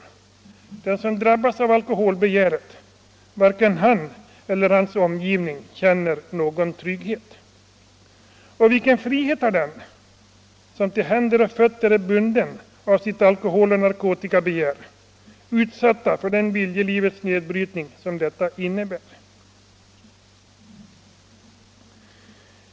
Varken den som drabbats av alkoholbegäret eller hans omgivning känner någon trygghet. Och vilken frihet har den som till händer och fötter är bunden av sitt alkoholoch narkotikabegär, utsatt för den viljelivets nedbrytning som detta innebär?